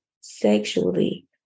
sexually